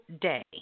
day